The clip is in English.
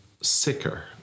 sicker